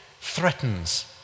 threatens